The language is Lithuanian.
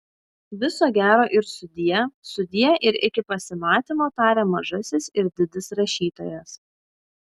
viso gero ir sudie sudie ir iki pasimatymo taria mažasis ir didis rašytojas